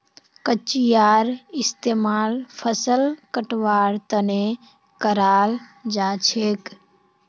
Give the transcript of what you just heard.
कचियार इस्तेमाल फसल कटवार तने कराल जाछेक